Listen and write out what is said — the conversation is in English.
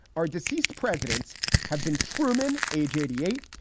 are deceased presidents have been truman, age eighty eight.